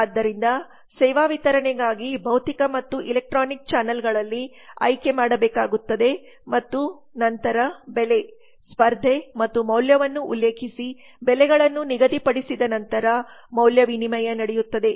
ಆದ್ದರಿಂದ ಸೇವಾ ವಿತರಣೆಗಾಗಿ ಭೌತಿಕ ಮತ್ತು ಎಲೆಕ್ಟ್ರಾನಿಕ್ ಚಾನೆಲ್ಗಳಲ್ಲಿ ಆಯ್ಕೆ ಮಾಡಬೇಕಾಗುತ್ತದೆ ಮತ್ತು ನಂತರ ಬೆಲೆ ಸ್ಪರ್ಧೆ ಮತ್ತು ಮೌಲ್ಯವನ್ನು ಉಲ್ಲೇಖಿಸಿ ಬೆಲೆಗಳನ್ನು ನಿಗದಿಪಡಿಸಿದ ನಂತರ ಮೌಲ್ಯ ವಿನಿಮಯ ನಡೆಯುತ್ತದೆ